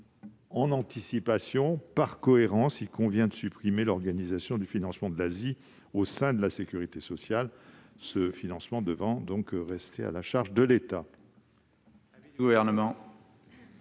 un souci de cohérence, a pour objet de supprimer l'organisation du financement de l'ASI au sein de la sécurité sociale, ce financement devant rester à la charge de l'État.